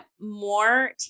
more